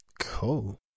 Cool